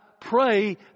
pray